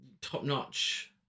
top-notch